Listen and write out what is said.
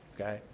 okay